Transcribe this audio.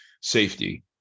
safety